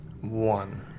One